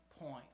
point